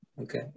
Okay